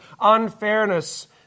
unfairness